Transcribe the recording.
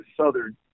Southern